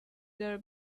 their